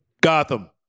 Gotham